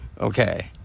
Okay